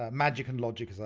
magic and logic,